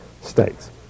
States